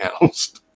housed